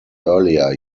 earlier